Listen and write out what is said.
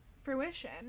fruition